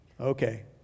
Okay